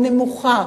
נמוכה